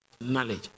Knowledge